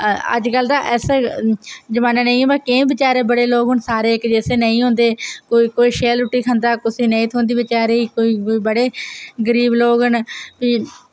अजकल ते ऐसा जमाना नेईं पर केईं बचैरे बड़े लोक न सारे इक जैसे नेईं होंदे कोई कोई शैल रुट्टी खंदा कुसै नेईं थ्होंदी बचैरे कोई कोई बड़े गरीब लोक न फ्ही